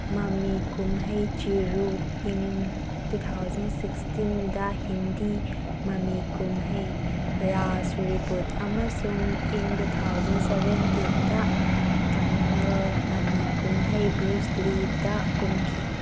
ꯃꯥꯃꯤ ꯀꯨꯝꯍꯩ ꯆꯤꯔꯨ ꯏꯪ ꯇꯨ ꯊꯥꯎꯖꯟ ꯁꯤꯛꯁꯇꯤꯟꯗ ꯍꯤꯟꯗꯤ ꯃꯃꯤ ꯀꯨꯝꯍꯩ ꯔꯥꯖ ꯔꯤꯕꯨꯠ ꯑꯃꯁꯨꯡ ꯏꯪ ꯇꯨ ꯊꯥꯎꯖꯟ ꯁꯕꯦꯟꯇꯤꯟꯗ ꯇꯥꯃꯤꯜ ꯃꯃꯤ ꯀꯨꯝꯍꯩ ꯕ꯭ꯔꯨꯁꯂꯤꯗ ꯀꯨꯝꯈꯤ